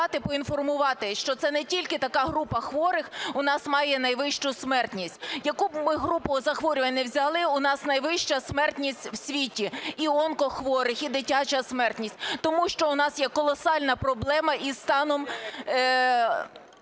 Тому що у нас є колосальна проблема із станом